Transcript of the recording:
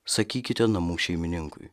sakykite namų šeimininkui